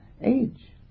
age